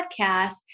podcast